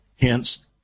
hence